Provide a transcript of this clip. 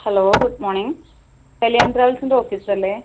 hello good morning Kalyan ട്രാവൽസിന്റെ office അല്ലേ